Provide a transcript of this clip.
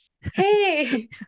Hey